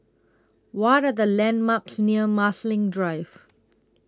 What Are The landmarks near Marsiling Drive